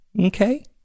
Okay